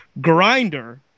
Grinder